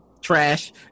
trash